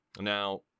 now